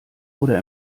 oder